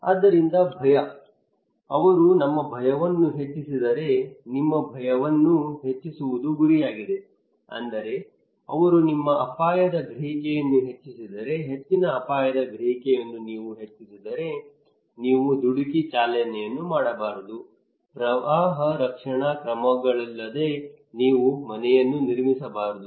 ಆದ್ದರಿಂದ ಭಯ ಅವರು ನಿಮ್ಮ ಭಯವನ್ನು ಹೆಚ್ಚಿಸಿದರೆ ನಿಮ್ಮ ಭಯವನ್ನು ಹೆಚ್ಚಿಸುವುದು ಗುರಿಯಾಗಿದೆ ಅಂದರೆ ಅವರು ನಿಮ್ಮ ಅಪಾಯದ ಗ್ರಹಿಕೆಯನ್ನು ಹೆಚ್ಚಿಸಿದರೆ ಹೆಚ್ಚಿನ ಅಪಾಯದ ಗ್ರಹಿಕೆಯನ್ನು ನೀವು ಹೆಚ್ಚಿಸಿದರೆ ನೀವು ದುಡುಕಿ ಚಾಲನೆಯನ್ನು ಮಾಡಬಾರದು ಪ್ರವಾಹ ರಕ್ಷಣಾ ಕ್ರಮಗಳಿಲ್ಲದೆ ನಿಮ್ಮ ಮನೆಯನ್ನು ನಿರ್ಮಿಸಬಾರದು